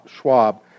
Schwab